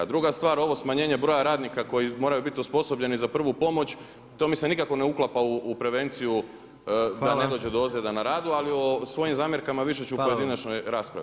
Druga stvar, ovo smanjenje broja radnika koji moraju biti osposobljeni za prvu pomoći, to mi se nikako ne uklapa u prevenciju da ne dođe do ozljeda na radu, ali u svojim zamjerkama više ću u pojedinačnoj raspravi.